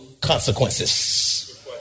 consequences